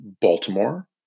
Baltimore